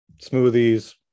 smoothies